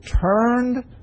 turned